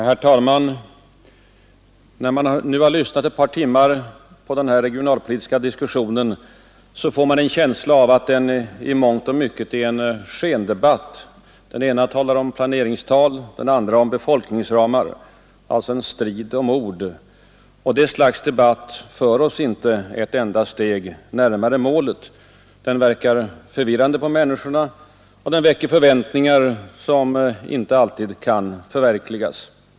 Herr talman! När man nu har lyssnat ett par timmar på den regionalpolitiska diskussionen, får man en känsla av att den i mångt och mycket är en skendebatt — den ene talar om planeringstal, den andre om befolkningsramar — alltså en strid om ord. Den sortens debatt för oss inte ett enda steg närmare målet. Den verkar förvirrande på människorna och väcker förväntningar som inte alltid kan förverkligas.